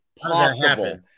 possible